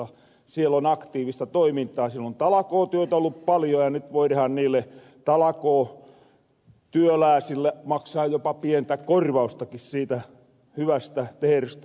siellä on aktiivista toimintaa siellä on talakootyötä ollu paljon ja nyt voidahan niille talakootyölääsille maksaa jopa pientä korvaustakin siitä hyvästä tehrystä työstä